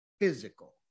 physical